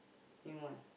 him one